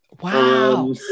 Wow